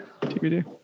TBD